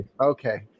Okay